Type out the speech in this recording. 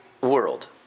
world